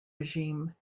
regime